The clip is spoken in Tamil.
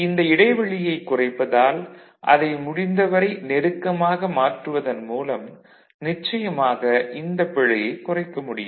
இந்த இடைவெளியைக் குறைப்பதால் அதை முடிந்தவரை நெருக்கமாக மாற்றுவதன் மூலம் நிச்சயமாக இந்தப் பிழையைக் குறைக்க முடியும்